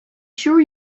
sure